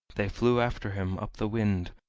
they flew after him up the wind,